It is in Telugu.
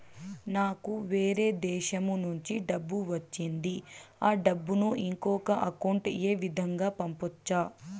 నాకు వేరే దేశము నుంచి డబ్బు వచ్చింది ఆ డబ్బును ఇంకొక అకౌంట్ ఏ విధంగా గ పంపొచ్చా?